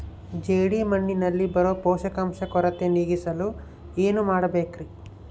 ಜೇಡಿಮಣ್ಣಿನಲ್ಲಿ ಬರೋ ಪೋಷಕಾಂಶ ಕೊರತೆ ನೇಗಿಸಲು ಏನು ಮಾಡಬೇಕರಿ?